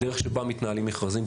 הדרך שבה מתנהלים מכרזים,